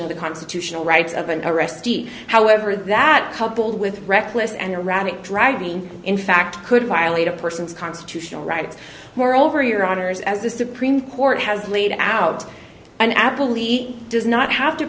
of the constitutional rights of an arrestee however that coupled with reckless and erratic driving in fact could violate a person's constitutional rights moreover your honour's as the supreme court has laid out an apple eat does not have to